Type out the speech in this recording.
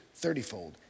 thirtyfold